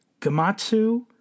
Gamatsu